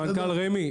מנכ"ל רמ"י,